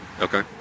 Okay